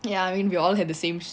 ya I mean you all had the same